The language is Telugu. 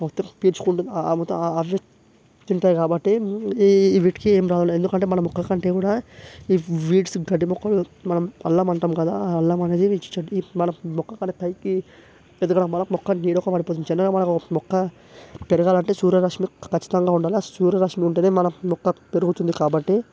మొత్తం పీల్చుకుంటుంది మెత్తం అవి తింటాయి కాబట్టి ఈ వీటికి ఏం రావులే ఎందుకంటే మన మొక్కకంటే కూడా ఈ వీడ్స్ గడ్డి మొక్కలు మనం అల్లం అంటాం కదా అల్లమనేది పిచ్చి చెట్టు మన మొక్క కన్నా పైకి ఎదగడం వల్ల మొక్క నీడకి పడిపోతుంది జనరల్గా మనకొక మొక్క పెరగాలంటే సూర్యరశ్మి ఖచ్చితంగా ఉండాలి ఆ సూర్యరశ్మి ఉంటేనే మన మొక్క పెరుగుతుంది కాబట్టి